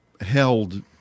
held